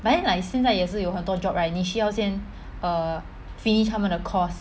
but then like 现在也是有很多 job right 你要先 err finish 他们的 course